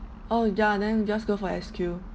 orh ya then we just go for S_Q